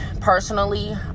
personally